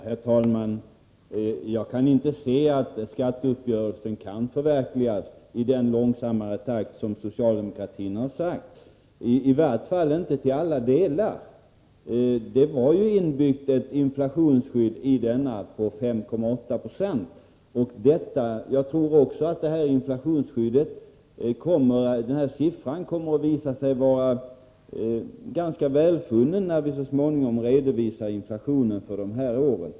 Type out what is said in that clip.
Herr talman! Jag kan inte se att skatteuppgörelsen kan förverkligas i den långsammare takt som socialdemokraterna har sagt, i vart fall inte i alla delar. I uppgörelsen fanns ett inflationsskydd på 5,8 26 inbyggt. Jag tror att siffran för detta inflationsskydd kommer att visa sig vara ganska välfunnen när vi så småningom redovisar inflationen för de här åren.